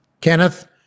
Kenneth